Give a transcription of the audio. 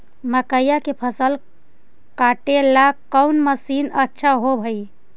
मकइया के फसल काटेला कौन मशीन अच्छा होव हई?